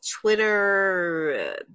Twitter